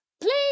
Please